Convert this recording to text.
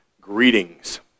Greetings